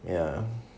ya